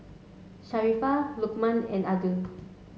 Safiya Lokman and Adi